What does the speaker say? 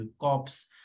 Cops